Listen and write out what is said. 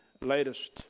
latest